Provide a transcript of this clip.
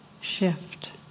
shift